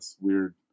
weird